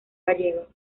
gallego